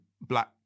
black